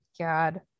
God